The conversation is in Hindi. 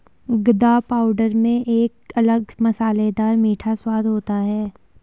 गदा पाउडर में एक अलग मसालेदार मीठा स्वाद होता है